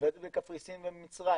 עובדת בקפריסין ובמצרים,